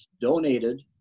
donated